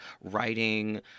writing